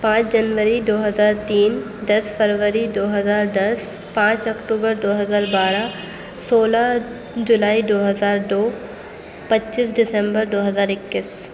پانچ جنوری دو ہزار تین دس فروری دو ہزار دس پانچ اکتوبر دو ہزار بارہ سولہ جولائی دو ہزار دو پچیس دسمبر دو ہزار اکیس